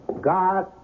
God